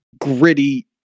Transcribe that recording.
gritty